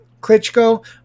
Klitschko